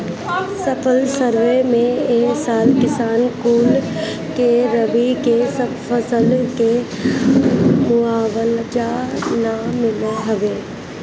फसल सर्वे में ए साल किसान कुल के रबी के फसल के मुआवजा ना मिलल हवे